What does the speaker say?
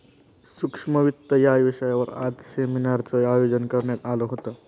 सूक्ष्म वित्त या विषयावर आज सेमिनारचं आयोजन करण्यात आलं होतं